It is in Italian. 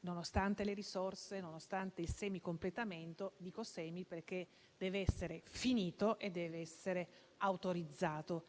nonostante le risorse e nonostante il suo semi-completamento - dico "semi" perché deve essere finito - deve essere ancora autorizzato.